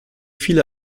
viele